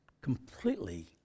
completely